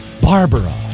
Barbara